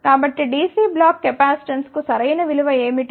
కాబట్టి DC block కెపాసిటెన్స్కు సరైన విలువ ఏమిటి